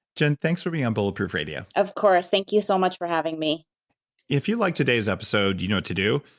jen, thanks for being on bulletproof radio of course, thank you so much for having me if you liked today's episode, you know what to do.